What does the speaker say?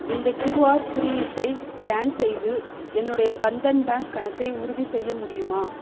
இந்தக் கியூஆர் குறியீட்டை ஸ்கேன் செய்து என்னுடைய பந்தன் பேங்க் கணக்கை உறுதிசெய்ய முடியுமா